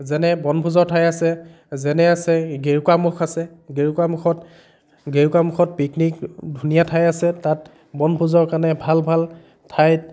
যেনে বনভোজৰ ঠাই আছে যেনে আছে গেৰুকামুখ আছে গেৰুকামুখত গেৰুকামুখত পিকনিক ধুনীয়া ঠাই আছে তাত বনভোজৰ কাৰণে ভাল ভাল ঠাইত